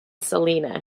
salina